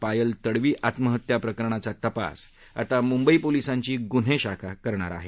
पायल तडवी आत्महत्या प्रकरणाचा तपास आता मुंबई पोलिसांची गुन्हे शाखा करणार आहे